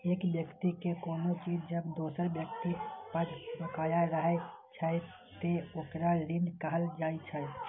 एक व्यक्ति के कोनो चीज जब दोसर व्यक्ति पर बकाया रहै छै, ते ओकरा ऋण कहल जाइ छै